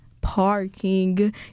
parking